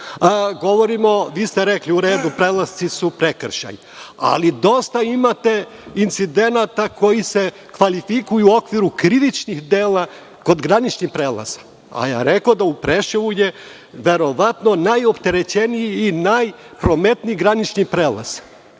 ste rekli – prelasci su prekršaj. U redu, ali dosta imate incidenata koji se kvalifikuju u okviru krivičnih dela kod graničnih prelaza, a ja rekoh da je Preševo verovatno najopterećeniji i najprometniji granični prelaz